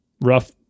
rough